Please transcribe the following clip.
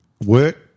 Work